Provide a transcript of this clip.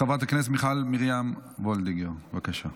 חברת הכנסת מיכל מרים וולדיגר, בבקשה.